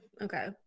Okay